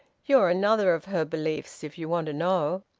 you're another of her beliefs, if you want to know.